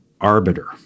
arbiter